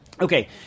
Okay